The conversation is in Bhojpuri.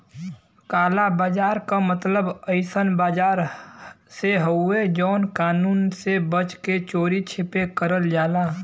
काला बाजार क मतलब अइसन बाजार से हउवे जौन कानून से बच के चोरी छिपे करल जाला